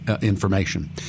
information